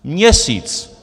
Měsíc!